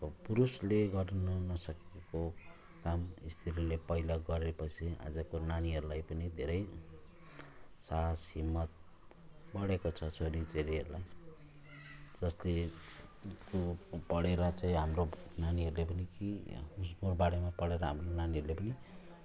प पुरुषले गर्नु नकसेको काम स्त्रीले पहिला गरेपछि आजको नानीहरूलाई पनि धेरै साहस हिम्मत बढेको छ छोरी चेलीहरूलाई जसले को पढेर चाहिँ हाम्रो नानीहरूले पनि कि उसको बारेमा पढेर हाम्रो नानीहरूले पनि